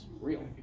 real